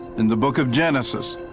in the book of genesis,